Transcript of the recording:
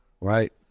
right